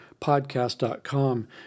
podcast.com